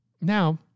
Now